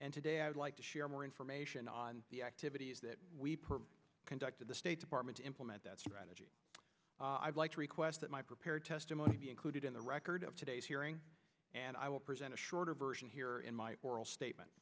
and today i'd like to share more information on the activities that we conducted the state department to implement that strategy i'd like to request that my prepared testimony be included in the record of today's hearing and i will present a shorter version here in my oral statement